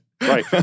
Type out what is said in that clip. Right